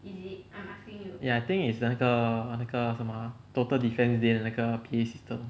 ya think is 那个那个什么 ah total defence day 的那个 P_A system